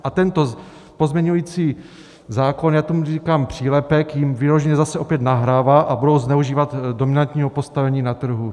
A tento pozměňující zákon, já tomu říkám přílepek, jim vyloženě zase opět nahrává a budou zneužívat dominantního postavení na trhu.